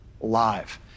live